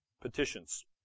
petitions